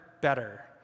better